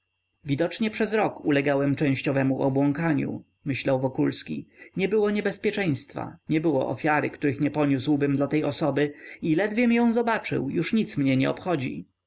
widocznie przez rok ulegałem częściowemu obłąkaniu myślał wokulski nie było niebezpieczeństwa nie było ofiary której nie poniósłbym dla tej osoby i ledwiem ją zobaczył już nic mnie nie obchodzi